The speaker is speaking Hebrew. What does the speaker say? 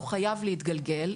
הוא חייב להתגלגל,